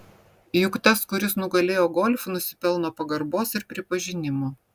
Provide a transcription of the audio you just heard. juk tas kuris nugalėjo golf nusipelno pagarbos ir pripažinimo